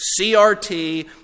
CRT